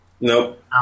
Nope